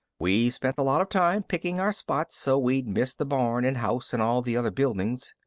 we spent a lot of time picking our spot so we'd miss the barn and house and all the other buildings.